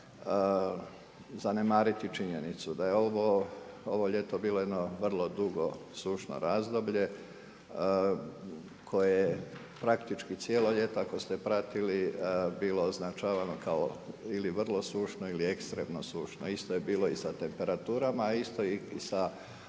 zanemariti činjenicu da je ovo, ovo ljeto bilo jedno dugo sušno razdoblje koje je praktički cijelo ljeto ako ste pratili bilo označavano kao ili vrlo sušno ili ekstremno sušno, isto je bilo i sa temperaturama a isto i sa